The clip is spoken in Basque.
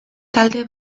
talde